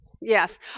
yes